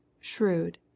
shrewd